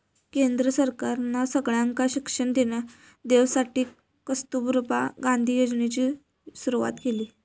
केंद्र सरकारना सगळ्यांका शिक्षण देवसाठी कस्तूरबा गांधी योजनेची सुरवात केली